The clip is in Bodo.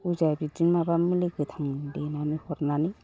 अजाया बिदिनो माबा मुलि गोथां देनानै हरनानै